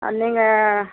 ஆ நீங்கள்